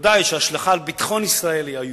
ודאי שההשלכה על ביטחון ישראל היא איומה,